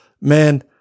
Man